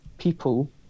People